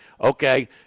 okay